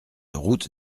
route